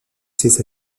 ses